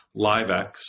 LiveX